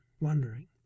wondering